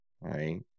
right